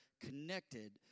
connected